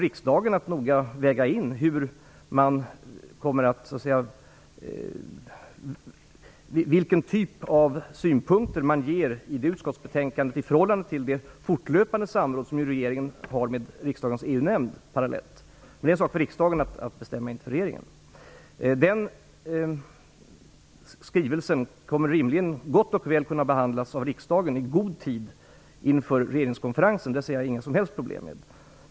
Riksdagen får naturligtvis noga väga in vilken typ av synpunkter man ger i det utskottsbetänkandet i förhållande till det fortlöpande samråd som regeringen parallellt har med riksdagens EU Detta är en sak för riksdagen att bestämma, inte för regeringen. Skrivelsen kommer rimligen att i god tid inför regeringenskonferensen kunna behandlas av riksdagen. Där ser jag inget som helst problem.